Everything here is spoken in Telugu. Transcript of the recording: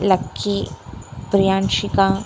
లక్కీ ప్రియాంక్షిక